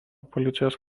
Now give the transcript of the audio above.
policijos